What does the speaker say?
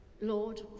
Lord